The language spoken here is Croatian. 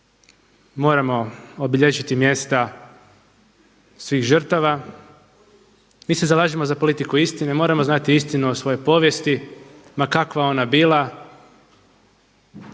Moramo obilježiti mjesta svih žrtava. Mi se zalažemo za politiku istine. Moramo znati istinu o svojoj povijesti ma kakva ona bila.